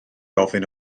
ofyn